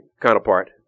counterpart